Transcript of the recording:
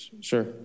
Sure